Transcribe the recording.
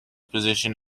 position